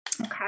Okay